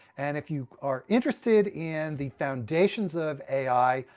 and if you are interested in the foundations of ai,